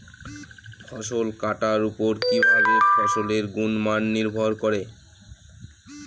ফসল কাটার উপর কিভাবে ফসলের গুণমান নির্ভর করে?